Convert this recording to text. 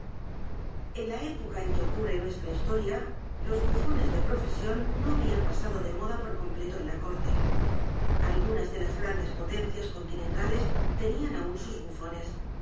en la época en que ocurre n u e s t r a historia los bu fones de profesión no habían pasado de moda por completo en la corte algunas de las g r a n d e s potencias continentales tenían aún sus bufones